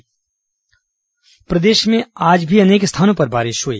मौसम प्रदेश में आज भी अनेक स्थानों पर बारिश हुई